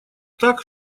так